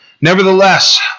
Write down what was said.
Nevertheless